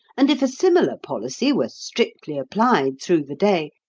and if a similar policy were strictly applied through the day,